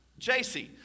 JC